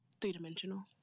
three-dimensional